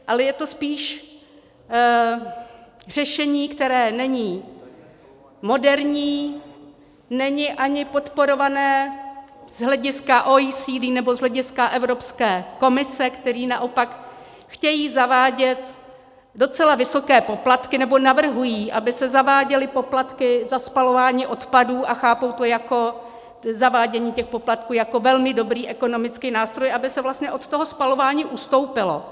Ale je to spíš řešení, které není moderní, není ani podporované z hlediska OECD nebo z hlediska Evropské komise, které naopak chtějí zavádět docela vysoké poplatky, nebo navrhují, aby se zaváděly poplatky za spalování odpadů, a chápou to zavádění těch poplatků jako velmi dobrý ekonomický nástroj, aby se vlastně od toho spalování ustoupilo.